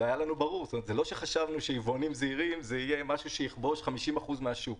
זה לא שחשבנו שיבואנים זעירים יהיה משהו שיכבוש 50% מהשוק.